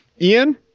Ian